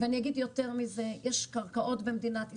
ואני אגיד יותר מזה, יש קרקעות במדינת ישראל,